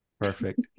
perfect